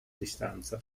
distanza